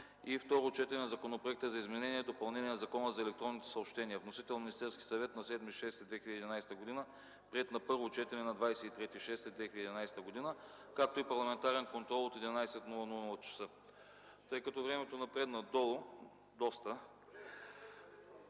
3. Второ четене на Законопроекта за изменение и допълнение на Закона за електронните съобщения, вносител Министерският съвет на 7 юни 2011 г., приет на първо четене на 23 юни 2011 г. 4. Парламентарен контрол от 11,00 ч. Тъй като времето напредна доста